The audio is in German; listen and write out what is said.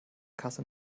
kasse